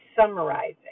summarizing